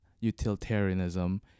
utilitarianism